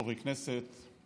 חברי כנסת,